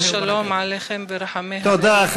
ושלום עליכם ורחמי האל עליכם.) תודה,